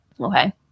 Okay